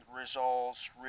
results